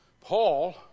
Paul